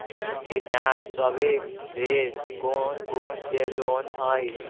किसान सवे लेल कौन कौन से लोने हई?